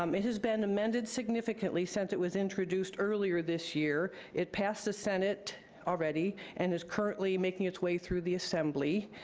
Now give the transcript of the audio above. um it has been amended significantly since it was introduced earlier this year. it passed the senate already and is currently making its way through the assembly.